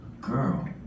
Girl